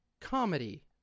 comedy